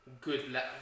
Good